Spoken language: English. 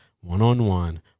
one-on-one